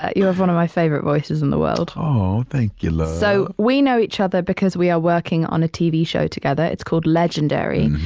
ah you're one of my favorite voices in the world oh, thank you, love so we know each other because we are working on a tv show together. it's called legendary.